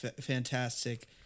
fantastic